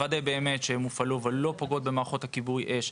צריך לוודא שהן פועלות בלי לפגוע במערכות כיבוי האש.